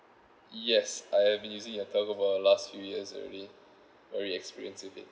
yes I have been using your telco for the last few years already already experienced with it